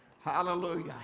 Hallelujah